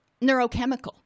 neurochemical